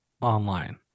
online